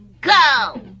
Go